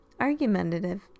argumentative